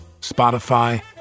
Spotify